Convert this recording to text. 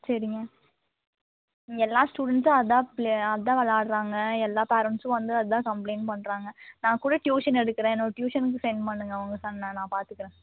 சரிங்க எல்லா ஸ்டூடண்ட்ஸும் அதான் அதான் விளாடுறாங்க எல்லா பேரண்ட்ஸும் வந்து அதான் கம்ப்ளைன்ட் பண்ணுறாங்க நான் கூட ட்யூஷன் எடுக்கிறேன் என்னோட ட்யூஷனுக்கு சென்ட் பண்ணுங்கள் உங்கள் சன்னை நான் பார்த்துக்கிறேன்